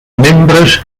membres